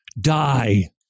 die